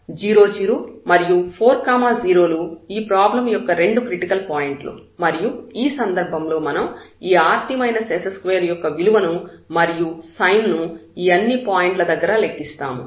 0 0 మరియు 4 0 లు ఈ ప్రాబ్లం యొక్క రెండు క్రిటికల్ పాయింట్లు మరియు ఈ సందర్భంలో మనం ఈ rt s2 యొక్క విలువను మరియు సైన్ ను ఈ అన్ని పాయింట్ల దగ్గర లెక్కిస్తాము